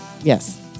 Yes